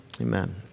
Amen